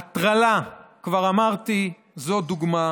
הטרלה, כבר אמרתי, זו דוגמה